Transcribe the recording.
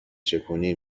چکونی